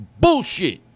Bullshit